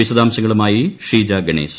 വിശദാംശങ്ങളുമായി ഷീജാ ഗണേശ്